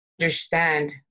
understand